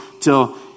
till